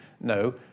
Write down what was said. No